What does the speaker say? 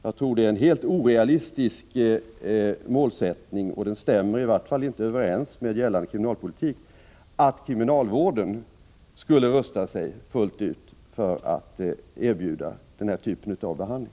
Jag tror att det är en helt orealistisk målsättning, och stämmer i varje fall inte överens med gällande kriminalpolitik, att kriminalvården fullt ut skulle rustas för att erbjuda den här typen av behandling.